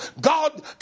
God